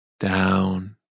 Down